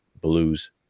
blues